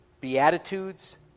beatitudes